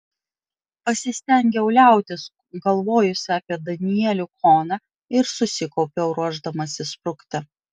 pasistengiau liautis galvojusi apie danielių koną ir susikaupiau ruošdamasi sprukti